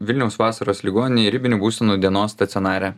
vilniaus vasaros ligoninėje ribinių būsenų dienos stacionare